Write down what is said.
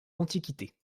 l’antiquité